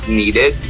needed